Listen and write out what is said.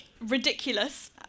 ridiculous